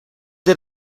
did